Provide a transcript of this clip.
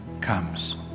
comes